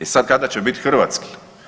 E sad kada će bit hrvatski?